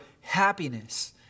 happiness